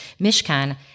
Mishkan